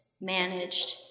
managed